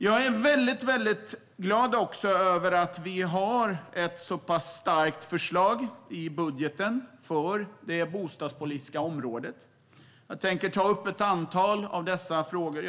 Jag är också väldigt glad över att vi har ett så pass starkt förslag i budgeten för det bostadspolitiska området. Jag tänker ta upp ett antal av dessa frågor.